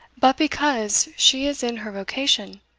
but because she is in her vocation.